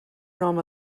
home